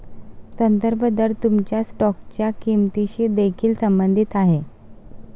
संदर्भ दर तुमच्या स्टॉकच्या किंमतीशी देखील संबंधित आहे